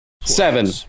seven